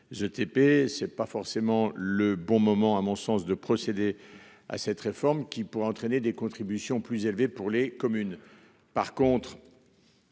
c'est pas forcément le bon moment, à mon sens, de procéder à cette réforme qui pourrait entraîner des contributions plus élevées pour les communes. Par contre.